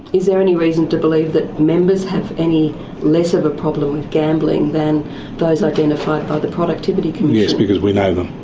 is there any reason to believe that members have any less of a problem with gambling than those identified by the productivity commission? yes, because we know them.